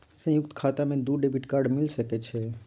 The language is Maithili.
संयुक्त खाता मे दू डेबिट कार्ड मिल सके छै?